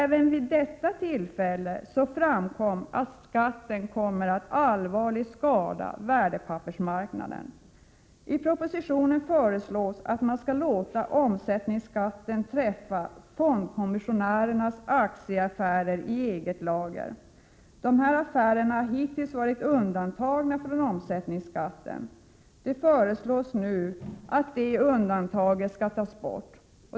Även vid detta tillfälle framkom att skatten kommer att allvarligt skada värdepappersmarknaden. I propositionen föreslås att man skall låta omsättningsskatten träffa även fondkommissionärernas aktieaffärer i eget lager. Dessa affärer har hittills varit undantagna från omsättningsskatt. Det föreslås nu att det undantaget skall tas bort.